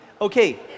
Okay